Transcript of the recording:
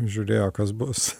žiūrėjo kas bus